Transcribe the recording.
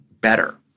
better